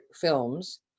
films